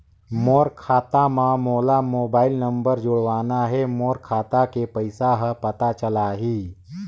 मोर खाता मां मोला मोबाइल नंबर जोड़वाना हे मोर खाता के पइसा ह पता चलाही?